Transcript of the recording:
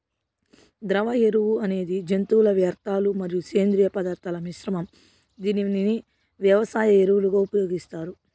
ద్రవ ఎరువు అనేది జంతువుల వ్యర్థాలు మరియు సేంద్రీయ పదార్థాల మిశ్రమం, దీనిని వ్యవసాయ ఎరువులుగా ఉపయోగిస్తారు